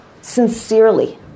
Sincerely